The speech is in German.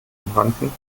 herumrannten